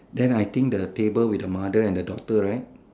then I think the table with the mother and the daughter right